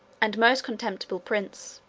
and most contemptible prince.